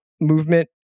movement